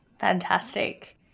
Fantastic